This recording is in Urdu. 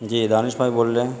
جی دانش بھائی بول رہے ہیں